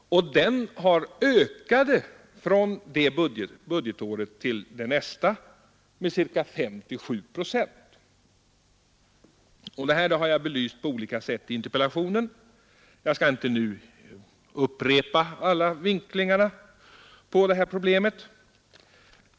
Verksamheten ökade från det budgetåret till nästa med mellan 5 och 7 procent. Det har jag belyst på olika sätt i interpellationen, och jag skall inte nu upprepa alla vinklingarna på problemet.